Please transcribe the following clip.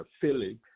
philip